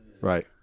right